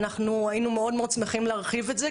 ואנחנו היינו מאוד מאוד שמחים להרחיב את זה,